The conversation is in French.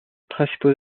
principaux